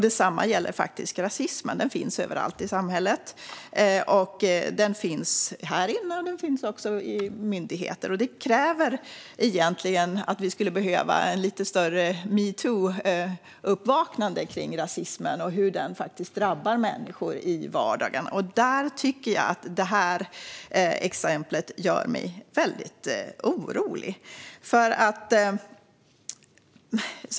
Detsamma gäller faktiskt rasismen. Den finns överallt i samhället: här inne och också vid myndigheter. Det gör att vi egentligen skulle behöva ett lite större metoo-uppvaknande kring rasismen och hur den faktiskt drabbar människor i vardagen. Detta exempel gör mig väldigt orolig.